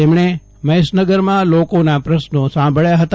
તેમણે મહેશનગરમાં લોકોના પ્રશ્નો સાંભળ્યા હતા